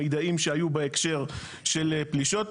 מידעים שהיו בהקשר של פלישות.